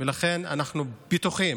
ולכן, אנחנו בטוחים